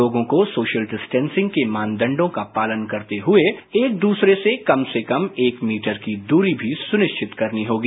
लोगों को सोशल डिस्टेंसिंग के मानदण्डों का पालन करते हुए एक दूसरे से कम से कम एक मीटर की दूरी भी सुनिश्चित करनी होगी